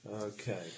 Okay